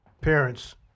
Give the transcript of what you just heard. parents